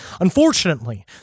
Unfortunately